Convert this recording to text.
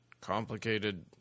complicated